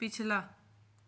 ਪਿਛਲਾ